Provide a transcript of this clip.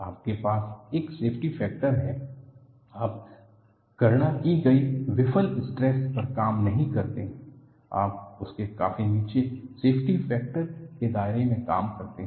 आपके पास एक सेफ्टी फैक्टर है आप गणना की गई विफल स्ट्रेस पर काम नहीं करते हैं आप उससे काफी नीचे सेफ्टी फैक्टर के दायरे में काम करते हैं